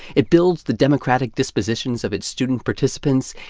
it builds the democratic dispositions of its student participants,